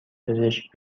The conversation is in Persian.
پزشک